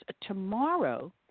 tomorrow –